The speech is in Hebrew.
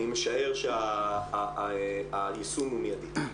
אני משער שהיישום הוא מידי.